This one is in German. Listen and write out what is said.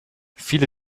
viele